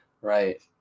right